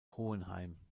hohenheim